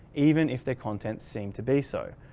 even if their contents seem to be so.